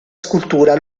scultura